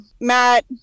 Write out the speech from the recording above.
Matt